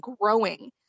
growing